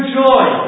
joy